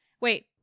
wait